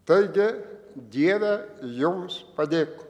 taigi dieve jums padėk